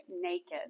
naked